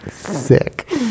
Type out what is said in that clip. Sick